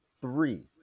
three